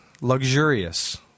luxurious